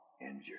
injured